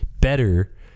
better